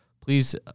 please